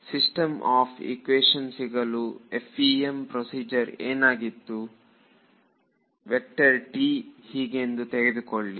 system of equation ಸಿಗಲು FEM procedure ಏನಾಗಿತ್ತು ಹೀಗೆಂದು ತೆಗೆದುಕೊಳ್ಳಿ